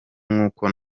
nk’uko